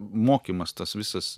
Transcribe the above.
mokymas tas visas